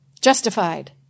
Justified